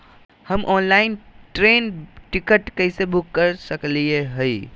हम online train ticket कैसे book कर सकली हई?